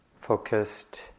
focused